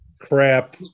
crap